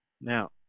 Now